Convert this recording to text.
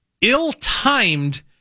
ill-timed